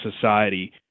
society